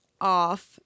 off